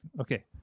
Okay